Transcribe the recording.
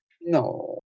No